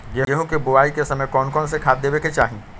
गेंहू के बोआई के समय कौन कौन से खाद देवे के चाही?